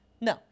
No